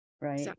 right